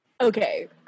Okay